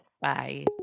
Bye